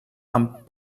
amb